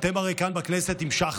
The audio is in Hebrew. אתם הרי כאן בכנסת המשכתם,